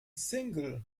single